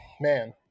man